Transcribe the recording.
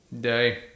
Day